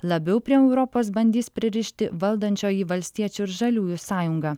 labiau prie europos bandys pririšti valdančioji valstiečių ir žaliųjų sąjunga